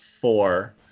four